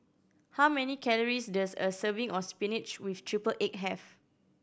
how many calories does a serving of spinach with triple egg have